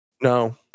No